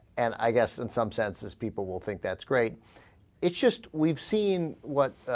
and i guess in some senses people will think that's great it's just we've seen what